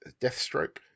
Deathstroke